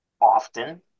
often